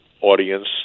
audience